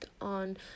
on